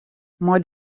mei